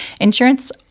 insurance